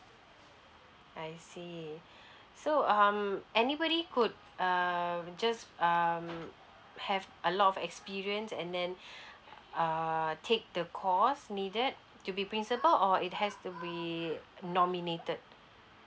I see so um anybody could um just um have a lot of experience and then err take the course needed to be principle or it has to be nominated